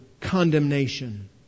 condemnation